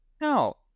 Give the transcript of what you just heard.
no